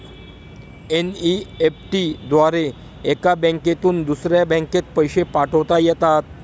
NEFT द्वारे एका बँकेतून दुसऱ्या बँकेत पैसे पाठवता येतात